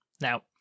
Now